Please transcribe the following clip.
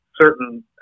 certain